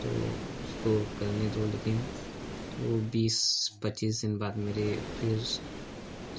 तो उसको करने दो लेकिन वह बीस पच्चीस दिन बाद मेरे फिर